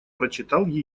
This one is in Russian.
прочитал